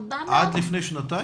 עד לפני שנתיים?